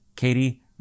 Katie